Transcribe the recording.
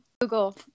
Google